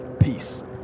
Peace